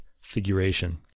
figuration